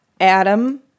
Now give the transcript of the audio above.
Adam